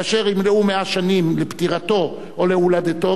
כאשר ימלאו 100 שנים לפטירתו או להולדתו,